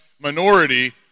minority